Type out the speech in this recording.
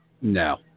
No